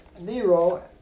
Nero